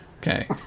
Okay